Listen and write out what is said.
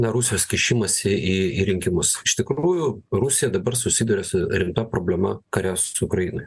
rusijos kišimąsi į į rinkimus iš tikrųjų rusija dabar susiduria su rimta problema kare su ukraina